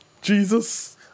Jesus